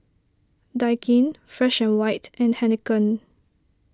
Daikin Fresh and White and Heinekein